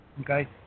okay